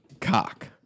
Cock